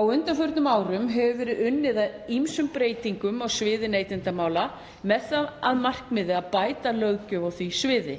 Á undanförnum árum hefur verið unnið að ýmsum breytingum á sviði neytendamála með það að markmiði að bæta löggjöf á því sviði,